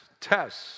tests